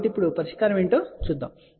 కాబట్టి ఇప్పుడు పరిష్కారం చూద్దాం